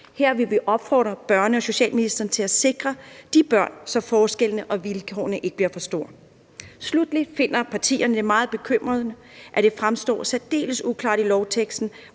Her vil vi opfordre børne- og socialministeren til at sikre de børn, så forskellene og vilkårene ikke bliver for store. Sluttelig finder partierne det meget bekymrende, at det fremstår særdeles uklart i lovteksten,